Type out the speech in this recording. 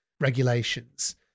regulations